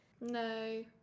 no